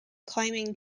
climbing